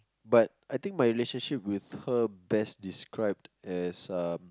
but I think my relationship with her best described as um